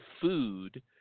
food